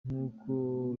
nk’uko